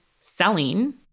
selling